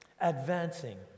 advancing